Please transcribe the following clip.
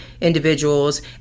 individuals